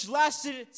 lasted